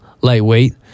lightweight